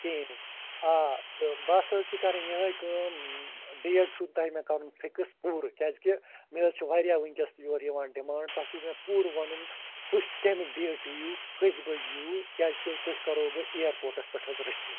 کِہیٖنۍ آ تہٕ بس حظ چھِ کٔرنۍ یہٲے کٲم ڈیٹ چھُو تۄہہِ مےٚ کرُن فِکٕس پوٗرٕ کیٚازِکہِ مےٚ حظ چھِ واریاہ وُنٛکیٛس یورٕ یِوان ڈِمانٛڈ تۄہہِ چھُو مےٚ پوٗرٕ ونُن تُہۍ کَمہِ ڈیٹہٕ یِیُِو کٔژِ بجہِ ییُِو کیٚازِکہِ تُہۍ کٔرہو بہٕ ایرپورٹَس پٮ۪ٹھ حظ رٔسیٖو